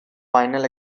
final